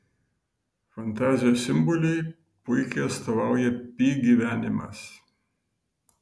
fantazijos simboliui puikiai atstovauja pi gyvenimas